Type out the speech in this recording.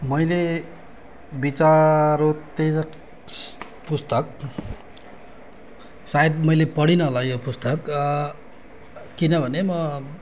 मैले विचारोत्तेजक पुस्तक सायद मैले पढिनँ होला यो पुस्तक किनभने म